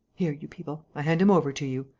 here, you people, i hand him over to you.